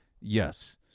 Yes